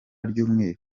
ry’umweru